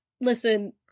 listen